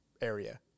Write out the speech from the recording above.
area